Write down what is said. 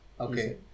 okay